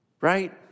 right